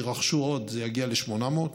יירכשו עוד, וזה יגיע ל-800.